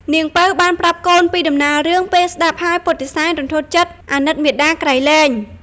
នាងពៅបានប្រាប់កូនពីដំណើររឿងពេលស្តាប់ហើយពុទ្ធិសែនរន្ធត់ចិត្តអាណិតមាតាក្រៃលែង។